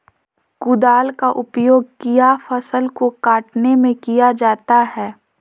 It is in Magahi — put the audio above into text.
कुदाल का उपयोग किया फसल को कटने में किया जाता हैं?